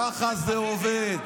ככה זה עובד.